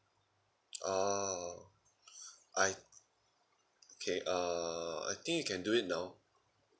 ah I okay ah I think you can do it now